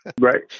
Right